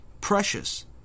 Precious